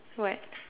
what